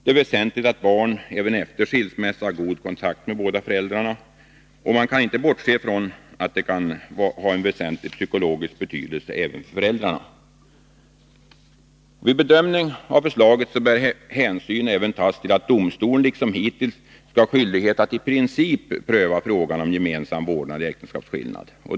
Det är väsentligt att barn även efter en skilsmässa har god kontakt med båda föräldrarna, och man kan inte bortse från att det kan ha en väsentlig psykologisk betydelse även för föräldrarna. Vid bedömning av förslaget bör hänsyn även tas till att domstolen liksom hittills skall ha skyldighet att i princip pröva frågan om gemensam vårdnad i mål om äktenskapsskillnad.